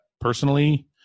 personally